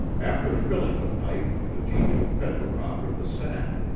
after filling the pipe the genial pedler offered the sack.